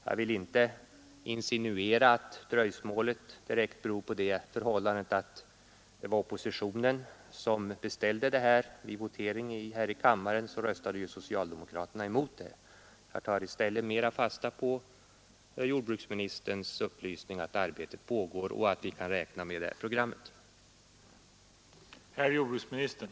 Jag vill inte insinuera att dröjsmålet direkt beror på det förhållandet att det var oppositionen som beställde programmet. Vid votering här i kammaren röstade ju socialdemokraterna emot förslaget. Jag tar i stället mera fasta på jordbruksministerns upplysning att arbetet pågår och att vi kan räkna med att programmet färdigställs.